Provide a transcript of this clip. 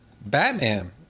Batman